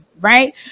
right